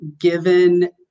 given